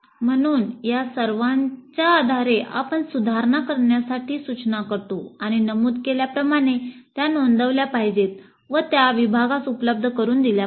म्हणून या सर्वांच्या आधारे आपण सुधारणा करण्यासाठी सूचना करतो आणि नमूद केल्याप्रमाणे त्या नोंदवल्या पाहिजेत व त्या विभागास उपलब्ध करुन दिल्या पाहिजेत